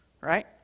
right